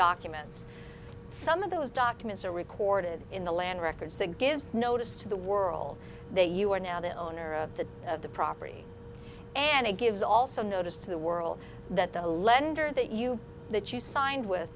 documents some of those documents are recorded in the land records that gives notice to the world that you are now the owner of the of the property and it gives also notice to the world that the lender that you that you signed with